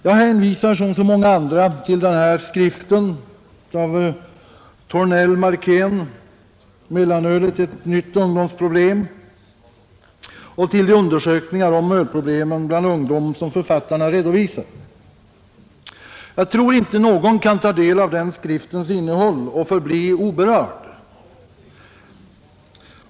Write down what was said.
Jag hänvisar som så många andra till skriften av Thornell-Markén ”Mellanölet — ett nytt ungdomsproblem” och till de undersökningar om ölproblemen bland ungdom som författarna redovisar. Jag tror inte någon kan ta del av den skriftens innehåll och förbli oberörd.